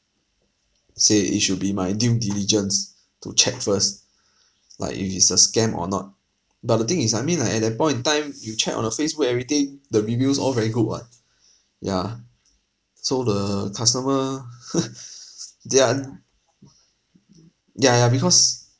say it should be my due diligence to check first like if it's a scam or not but the thing is I mean like at that point in time you check on the facebook everything the reviews all very good [what] yeah so the customer their ya ya because